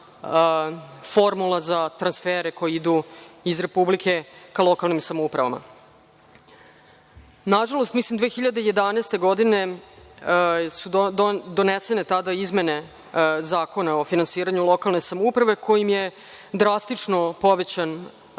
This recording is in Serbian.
formula za transfere koji idu iz Republike ka lokalnim samoupravama. Nažalost, mislim 2011. godine su donesene tada izmene Zakona o finansiranju lokalne samouprave kojim je drastično povećan